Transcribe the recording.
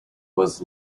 was